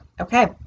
okay